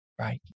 Right